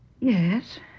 Yes